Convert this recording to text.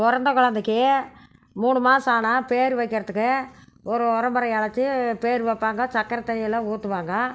பிறந்த குழந்தைக்கி மூணு மாதம் ஆனால் பேர் வைக்கிறதுக்கு ஒரு உறவு முறையை அழைச்சி பேர் வைப்பாங்க சர்க்கர தண்ணியெல்லாம் ஊற்றுவாங்க